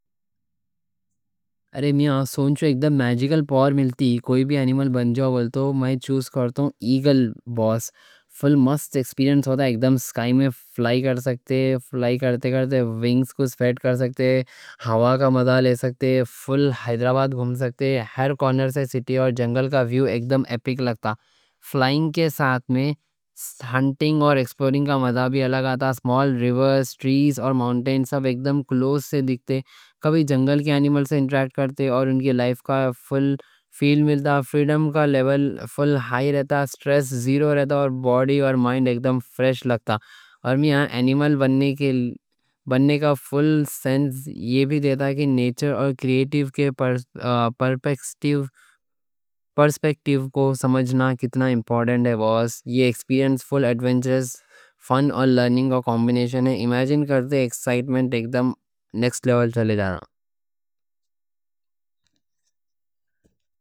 ارے میاں سوچو ایک دم میجیکل پاور ملتی کوئی بھی انیمل بن جاؤ بولے تو میں چوز کرتوں ایگل باس۔ فل مست ایکسپیرینس ہوتا ہے ایک دم سکائی میں فلائی کر سکتے فلائی کرتے کرتے ونگز کو سپریڈ کر سکتے ہوا کا مزہ لے سکتے۔ فل حیدرآباد گھوم سکتے ہر کارنر سے سٹی اور جنگل کا ویو ایک دم ایپک لگتا۔ فلائنگ کے ساتھ میں ہنٹنگ اور ایکسپلورنگ کا مزہ بھی الگ آتا۔ سمال ریورز ٹریز اور ماؤنٹین سب ایک دم کلوز سے دیکھتے کبھی جنگل کے انیمل سے انٹریکٹ کرتے اور ان کی لائف کا فل فیل ملتا۔ فریڈم کا لیول فل ہائی رہتا سٹریس زیرو رہتا اور باڈی اور مائنڈ ایک دم فریش لگتا۔ اور ہاں انیمل بننے کا فل سینس یہ بھی دیتا کہ نیچر اور کریئیٹو کے پرسپیکٹیو کو سمجھنا کتنا امپورٹنٹ ہے۔ یہ ایکسپیرینس فل ایڈونچرز فن اور لرننگ کا کمبینیشن ہے امیجن کرتے ایکسائٹمنٹ ایک دم نیکسٹ لیول چلے جانا۔